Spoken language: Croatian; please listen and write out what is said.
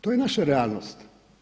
To je naša realnost.